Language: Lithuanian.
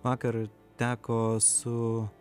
vakar teko su